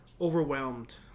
overwhelmed